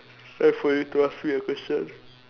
time for you to ask me a question